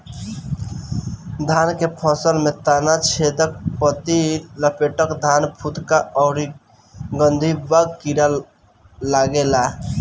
धान के फसल में तना छेदक, पत्ति लपेटक, धान फुदका अउरी गंधीबग कीड़ा लागेला